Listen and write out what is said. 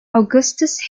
augustus